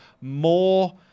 more